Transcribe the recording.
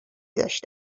داشته